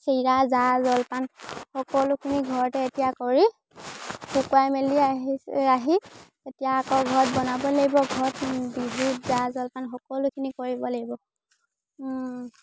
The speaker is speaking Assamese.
চিৰা জা জলপান সকলোখিনি ঘৰতে এতিয়া কৰি শুকুৱাই মেলি আহিছোঁ আহি এতিয়া আকৌ ঘৰত বনাবই লাগিব ঘৰত বিহুত জা জলপান সকলোখিনি কৰিব লাগিব